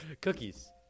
Cookies